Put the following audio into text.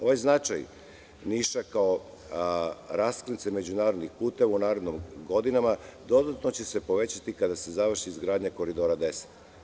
Ovaj značaj Niša kao raskrsnice međunarodnih puteva u narednim godinama dodatno će se povećati kada se završi izgradnja Koridora 10.